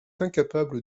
incapable